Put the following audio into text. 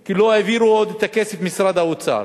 כי עוד לא העבירו את הכסף ממשרד האוצר,